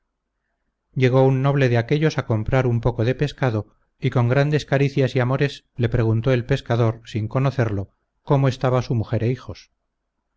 llegó un noble de aquellos a comprar un poco de pescado y con grandes caricias y amores le preguntó el pescador sin conocerlo cómo estaba su mujer e hijos